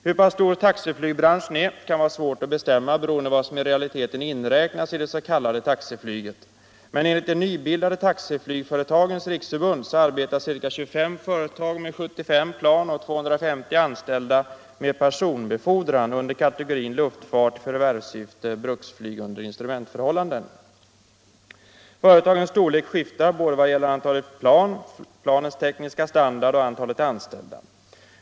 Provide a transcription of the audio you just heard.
Hur pass stor taxiflygbranschen är kan vara svårt att bestämma beroende på vad som i realiteten inräknas i det s.k. taxiflyget. Men enligt det nybildade Taxiflygföretagens riksförbund arbetar ca 25 företag med 75 plan och 250 anställda med personbefordran under kategorin ”luftfart i förvärvssyfte, bruksflyg under instrumentförhållanden”. Företagens storlek skiftar både vad gäller antalet plan, planens tekniska standard och antalet anställda.